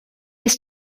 ist